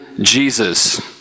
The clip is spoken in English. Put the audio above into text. Jesus